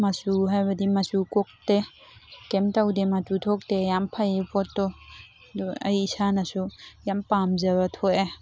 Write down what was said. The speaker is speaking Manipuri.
ꯃꯆꯨ ꯍꯥꯏꯕꯗꯤ ꯃꯆꯨ ꯀꯣꯛꯇꯦ ꯀꯩꯝ ꯇꯧꯗꯦ ꯃꯇꯨ ꯊꯣꯛꯇꯦ ꯌꯥꯝ ꯐꯩꯌꯦ ꯄꯣꯠꯇꯣ ꯑꯗꯨ ꯑꯩ ꯏꯁꯥꯅꯁꯨ ꯌꯥꯝ ꯄꯥꯝꯖꯕꯗꯨ ꯊꯣꯛꯑꯦ